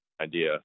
Idea